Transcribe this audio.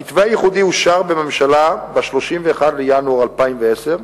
המתווה הייחודי אושר בממשלה ב-31 בינואר 2010,